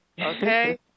Okay